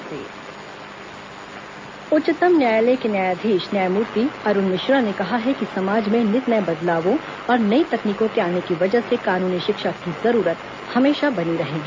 legal education कार्यक्रम उच्चतम न्यायालय के न्यायाधीश न्यायमूर्ति अरूण मिश्रा ने कहा है कि समाज में नित नए बदलावों और नई तकनीकों के आने की वजह से कानूनी शिक्षा की जरूरत हमेशा बनी रहेगी